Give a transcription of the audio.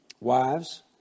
Wives